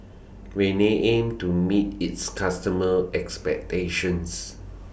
Rene aims to meet its customers' expectations